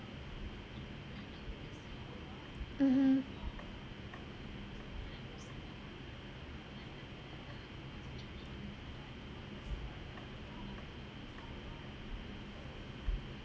mmhmm